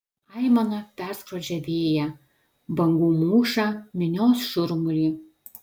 aimana perskrodžia vėją bangų mūšą minios šurmulį